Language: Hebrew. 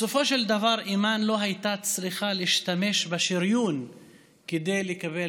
בסופו של דבר אימאן לא הייתה צריכה להשתמש בשריון כדי לקבל